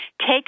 take